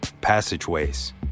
passageways